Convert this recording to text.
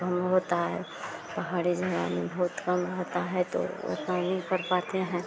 कम होता है पहाड़ी जगह में बहुत कम होता है तो उतना नहीं कर पाते हैं